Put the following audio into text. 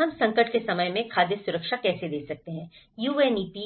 हम संकट के समय में खाद्य सुरक्षा कैसे दे सकते हैं UNEP